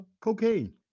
cocaine